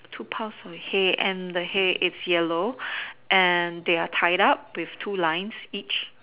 two piles of hay and they are yellow